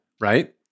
right